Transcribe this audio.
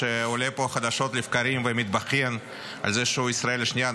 שעולה פה חדשות לבקרים ומתבכיין על זה שהוא ישראל השנייה,